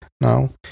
now